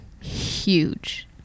Huge